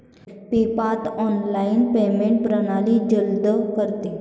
PayPal online payment प्रणाली जलद करते